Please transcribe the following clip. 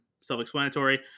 self-explanatory